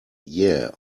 yeah